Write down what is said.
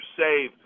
save